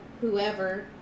whoever